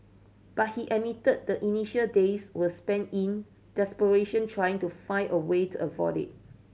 but he admitted the initial days were spent in desperation trying to find a way to avoid it